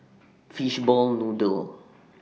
Fishball Noodle